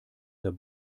der